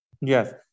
Yes